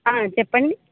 చెప్పండి